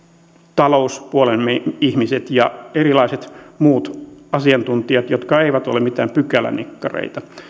talouspuolen ihmiset ja erilaiset muut asiantuntijat jotka eivät ole mitään pykälänikkareita